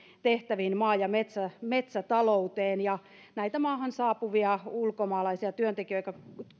tehtäviin maa ja metsämetsätalouteen ja näitä maahan saapuvia ulkomaalaisia työntekijöitä